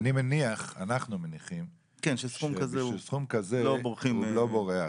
אנחנו מניחים שבשביל סכום כזה הוא לא בורח.